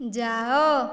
ଯାଅ